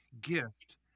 gift